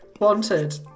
Wanted